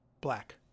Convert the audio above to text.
Black